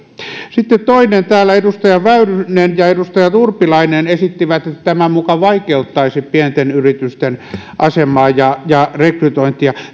sitten toiseksi täällä edustaja väyrynen ja edustaja urpilainen esittivät että tämä muka vaikeuttaisi pienten yritysten asemaa ja ja rekrytointia